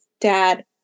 dad